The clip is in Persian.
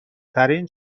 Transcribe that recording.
ترین